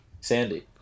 Sandy